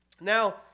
Now